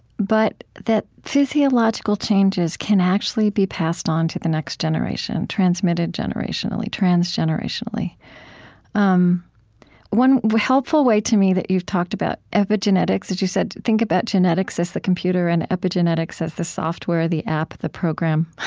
but that physiological changes can actually be passed on to the next generation transmitted generationally, trans-generationally. um one helpful way, to me, that you've talked about epigenetics is, you said, think about genetics as the computer and epigenetics as the software, the app, the program.